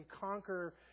conquer